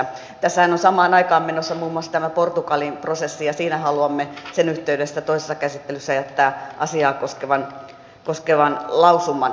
tässähän on samaan aikaan menossa muun muassa tämä portugalin prosessi ja siinä haluamme sen yhteydessä toisessa käsittelyssä jättää asiaa koskevan lausuman